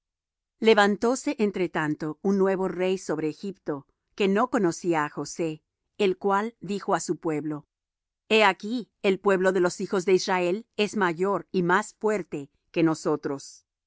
de ellos levantóse entretanto un nuevo rey sobre egipto que no conocía á josé el cual dijo á su pueblo he aquí el pueblo de los hijos de israel es mayor y más fuerte que nosotros